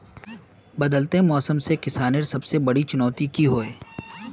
बदलते मौसम से किसानेर सबसे बड़ी चुनौती की होय?